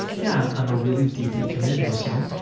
yeah, i'm a really deeply committed muslim,